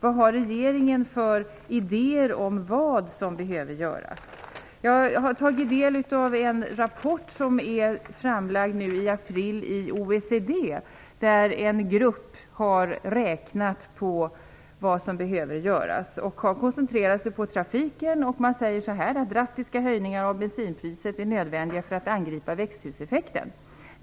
Vad har regeringen för idéer om vad som behöver göras? Jag har tagit del av en rapport som lades fram i april inom OECD. En grupp har räknat på vad som behöver göras. Man har koncentrerat sig på trafiken och säger att drastiska höjningar av bensinpriset är nödvändiga för att angripa växthuseffekten.